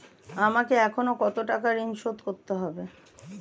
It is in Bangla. আমাকে এখনো কত টাকা ঋণ শোধ করতে হবে?